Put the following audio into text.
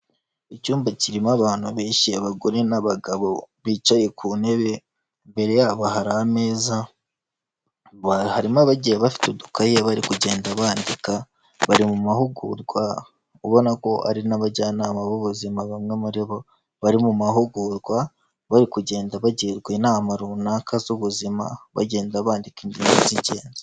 Icyumba kirimo abantu benshi abagore n'abagabo bicaye ku ntebe, imbere yabo hari ameza, harimo abagiye bafite udukayi bari kugenda bandika bari mu mahugurwa ubona ko ari n'abajyanama b'ubuzima bamwe muri bo bari mu mahugurwa bari kugenda bagirwa inama runaka z'ubuzima, bagenda bandika ingingo z'ingenzi.